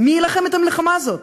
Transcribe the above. מי יילחם את המלחמה הזאת,